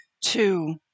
two